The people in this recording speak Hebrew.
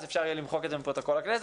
אפשר למחוק את זה מפרוטוקול הכנסת.